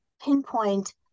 pinpoint